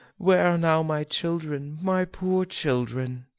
where are now my children, my poor children?